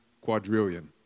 quadrillion